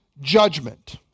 judgment